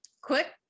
quick